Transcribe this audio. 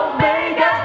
Omega